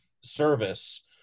service